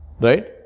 right